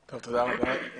טוב, תודה רבה.